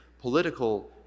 political